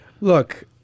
look